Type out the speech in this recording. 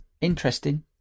interesting